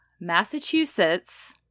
Massachusetts